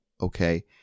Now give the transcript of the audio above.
okay